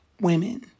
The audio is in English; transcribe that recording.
women